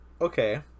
okay